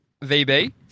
VB